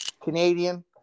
Canadian